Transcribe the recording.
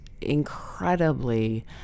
incredibly